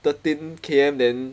thirteen K_M then